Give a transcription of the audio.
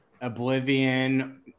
Oblivion